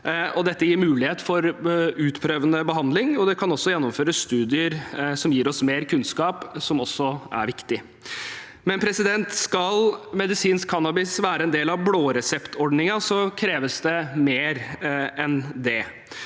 Dette gir mulighet for utprøvende behandling, og det kan gjennomføres studier som gir oss mer kunnskap, noe som også er viktig. Men skal medisinsk cannabis være en del av blå resept-ordningen, kreves det mer enn det.